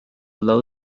low